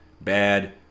bad